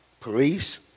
Police